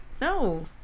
no